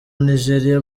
nigeria